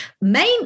Main